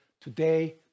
today